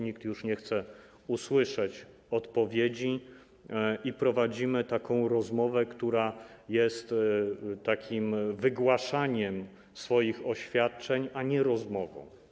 Nikt już nie chce usłyszeć odpowiedzi i prowadzimy rozmowę, która jest takim wygłaszaniem swoich oświadczeń, a nie rozmową.